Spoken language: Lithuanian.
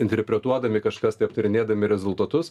interpretuodami kažkas tai aptarinėdami rezultatus